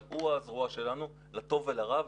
אבל הוא הזרוע שלנו לטוב ולרע,